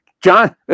John